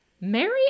Mary